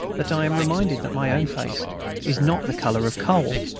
that i am reminded that my own face is not the color of coal.